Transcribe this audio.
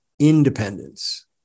independence